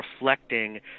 reflecting